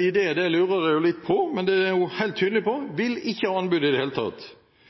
i dette lurer jeg litt på, men dette er hun helt tydelig på: Hun vil ikke ha anbud i det hele tatt.